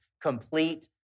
complete